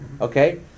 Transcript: okay